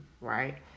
right